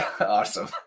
awesome